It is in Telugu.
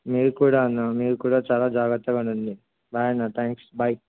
మీరు కూడా అన్న మీరు కూడా చాలా జాగ్రత్తగా ఉండండి బాయ్ అన్నా థ్యాంక్స్ బాయ్